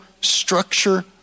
structure